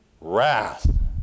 wrath